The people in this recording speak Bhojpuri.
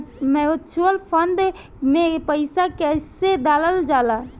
म्यूचुअल फंड मे पईसा कइसे डालल जाला?